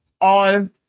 on